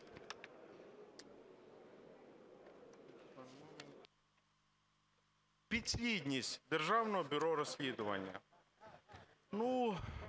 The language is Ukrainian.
підслідність Державного бюро розслідувань.